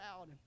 out